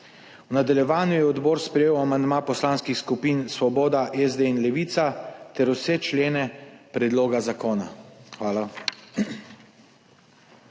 V nadaljevanju je odbor sprejel amandma poslanskih skupin Svoboda, SD in Levica ter vse člene predloga zakona. Hvala.